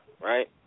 right